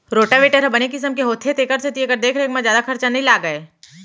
rotavator ह बने किसम के होथे तेकर सेती एकर देख रेख म जादा खरचा नइ लागय